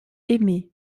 aimée